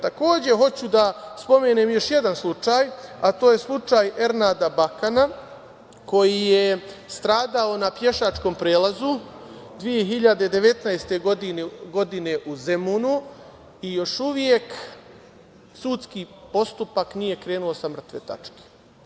Takođe, hoću da spomenem još jedan slučaj, a to je slučaj Ernada Bakana, koji je stradao na pešačkom prelazu 2019. godine u Zemunu i još uvek sudski postupak nije krenuo sa mrtve tačke.